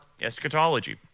eschatology